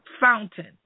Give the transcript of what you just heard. Fountain